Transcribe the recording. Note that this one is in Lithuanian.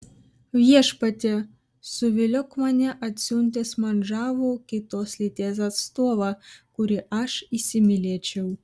viešpatie suviliok mane atsiuntęs man žavų kitos lyties atstovą kurį aš įsimylėčiau